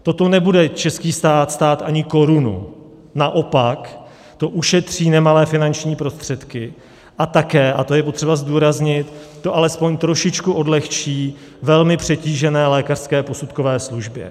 Toto nebude český stát stát ani korunu, naopak to ušetří nemalé finanční prostředky a také, a to je potřeba zdůraznit, to alespoň trošičku odlehčí velmi přetížené lékařské posudkové službě.